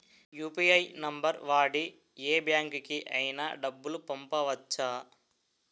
UPI number వాడి యే బ్యాంకుకి అయినా డబ్బులు పంపవచ్చ్చా?